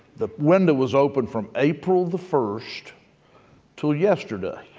the window was open from april the first till yesterday